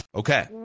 okay